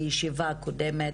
בישיבה הקודמת,